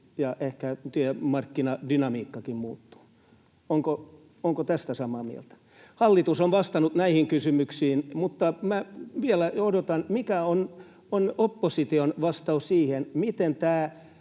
ja ehkä työmarkkinadynamiikkakin muuttuu? Ollaanko tästä samaa mieltä? Hallitus on vastannut näihin kysymyksiin, mutta minä vielä odotan, mikä on opposition vastaus siihen, mitä tämä